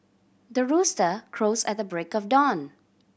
the rooster crows at the break of dawn